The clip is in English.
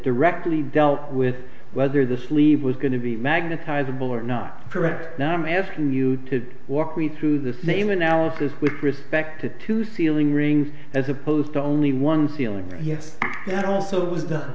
directly dealt with whether the sleeve was going to be magnetized ball or not correct now i'm asking you to walk me through the same analysis with respect to two ceiling rings as opposed to only one ceiling yes and also it was done